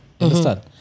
Understand